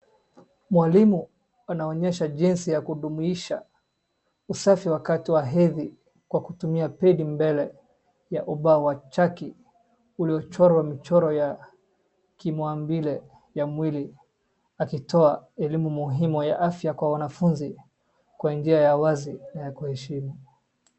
Mwalimu anaonyesha jinsi ya kudumisha usafi wakati wa hedhi kwa kutumia pedi mbele ya ubao wa chaki uliochorwa michoro ya kimaumbile ya mwili. Akitoa elimu muhimu ya afya kwa wanafunzi kwa njia ya wazi na ya kuheshimu.